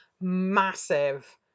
massive